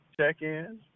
check-in